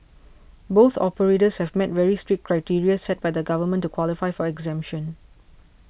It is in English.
both operators have met very strict criteria set by the government to qualify for exemption